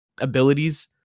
abilities